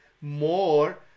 more